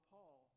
Paul